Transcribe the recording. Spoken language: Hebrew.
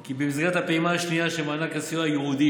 כי במסגרת הפעימה השנייה של מענק הסיוע הייעודי